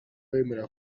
wemera